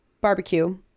barbecue